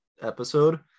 episode